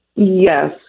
Yes